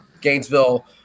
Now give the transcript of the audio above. Gainesville